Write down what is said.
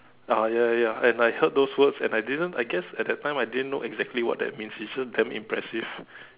ah ya ya ya and I heard those words and I didn't I guess at that time I didn't know exactly what that means it's just damn impressive